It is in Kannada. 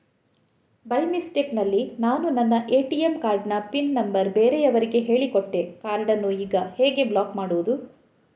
ಬೈ ಮಿಸ್ಟೇಕ್ ನಲ್ಲಿ ನಾನು ನನ್ನ ಎ.ಟಿ.ಎಂ ಕಾರ್ಡ್ ನ ಪಿನ್ ನಂಬರ್ ಬೇರೆಯವರಿಗೆ ಹೇಳಿಕೊಟ್ಟೆ ಕಾರ್ಡನ್ನು ಈಗ ಹೇಗೆ ಬ್ಲಾಕ್ ಮಾಡುವುದು?